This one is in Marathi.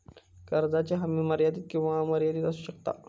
कर्जाची हमी मर्यादित किंवा अमर्यादित असू शकता